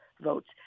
votes